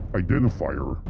identifier